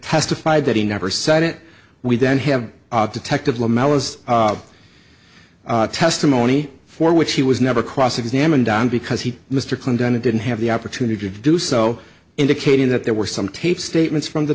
testified that he never said it we don't have detectives testimony for which he was never cross examined on because he mr clinton didn't have the opportunity to do so indicating that there were some tape statements from the